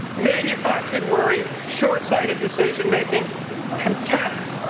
manufactured worry, short-sighted decision-mailing, contempt,